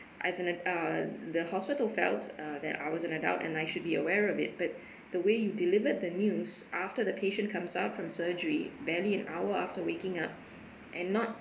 as in uh the hospital felt uh that I was an adult and I should be aware of it but the way he delivered the news after the patient comes out from surgery barely an hour after waking up and not